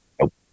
Nope